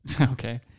Okay